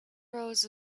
rows